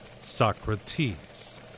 Socrates